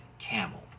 camel